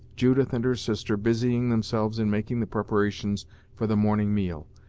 judith and her sister busying themselves in making the preparations for the morning meal,